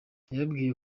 yababwiye